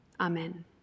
Amen